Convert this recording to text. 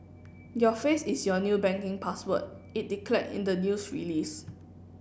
your face is your new banking password it declared in the news release